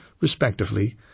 respectively